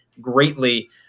greatly